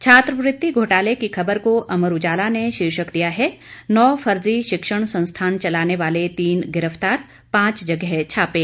छात्रवृत्ति घोटाले की खबर को अमर उजाला ने शीर्षक दिया है नौ फर्जी शिक्षण संस्थान चलाने वाले तीन गिरफतार पांच जगह छापे